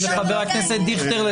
אני